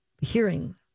hearing